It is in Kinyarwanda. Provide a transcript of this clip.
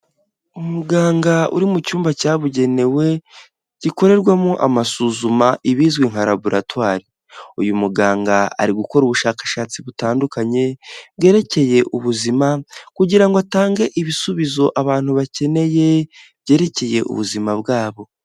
Umuganga uri mu cyumba cyabugenewe gikorerwamo amasuzuma ibizwi nka raboratwari, uyu muganga ari gukora ubushakashatsi butandukanye, bwerekeye ubuzima, kugirango atange ibisubizo abantu bakeneye byerekeye ubuzima bwabo.